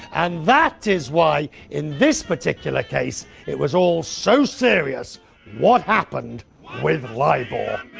and that is why in this particular case it was all so serious what happened with libor.